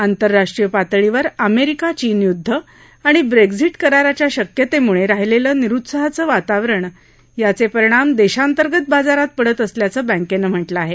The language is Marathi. आंतरराष्ट्रीय पातळीवर अमेरिका चीन युदध आणि ब्रेक्झिट कराराच्या शक्यतेमुळे राहिलेलं निरुत्साहाचं वातावरण याचे परिणाम देशांतर्गत बाजारात पडत असल्याचं बँकेनं म्हटलं आहे